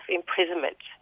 imprisonment